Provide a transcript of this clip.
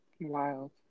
wild